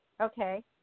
Okay